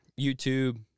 YouTube